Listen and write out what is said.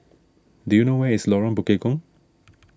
do you know where is Lorong Bekukong